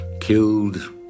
killed